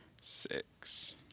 Six